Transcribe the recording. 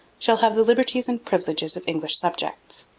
shall have the liberties and privileges of english subjects